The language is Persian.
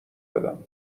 بدم